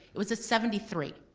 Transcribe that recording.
it was a seventy three.